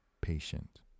patient